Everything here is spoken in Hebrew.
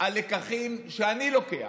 על לקחים שאני לוקח,